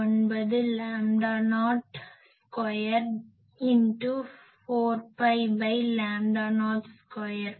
119 lambda naught square ×4பை lambda naught square